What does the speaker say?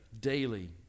daily